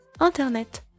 Internet